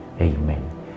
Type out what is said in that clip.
Amen